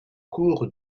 cours